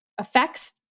effects